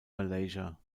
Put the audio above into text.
malaysia